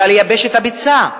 אלא לייבש את הביצה.